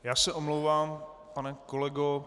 Já se omlouvám, pane kolego.